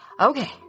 Okay